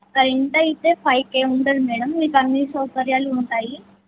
rent అయితే ఫైవ్కే ఉంటుంన్ని సౌకర్యాలు ఉంటాది మేడం మీకు అయి